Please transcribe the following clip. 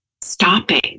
stopping